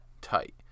Tight